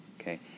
okay